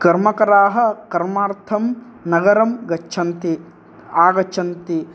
कर्मकराः कर्मार्थं नगरं गच्छन्ति आगच्छन्ति